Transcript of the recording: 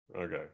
okay